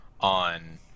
on